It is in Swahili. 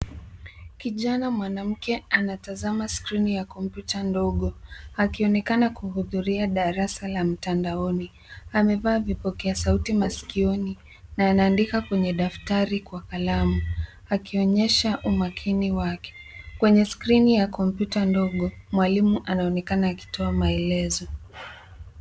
Kijana mwanamke anatazama skrini ya kompyuta ndogo ,akionekana kuhudhuria darasa la mtandaoni. Amevaa vipokea sauti masikioni na ana andika kwenye daftari kwa kalamu akionyesha umakini wake. Kwenye skrini ya kompyuta ndogo, mwalimu anaonekana akitoa maelezo.